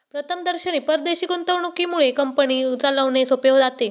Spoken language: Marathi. प्रथमदर्शनी परदेशी गुंतवणुकीमुळे कंपनी चालवणे सोपे जाते